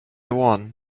one